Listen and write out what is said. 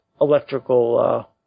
electrical